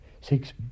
six